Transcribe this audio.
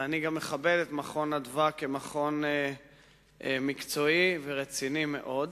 ואני גם מכבד את "מרכז אדוה" כמכון מקצועי ורציני מאוד.